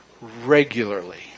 regularly